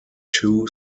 two